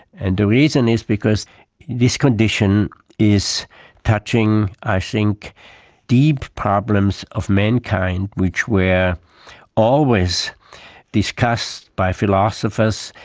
and the reason is because this condition is touching i think deep problems of mankind which were always discussed by philosophers,